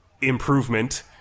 improvement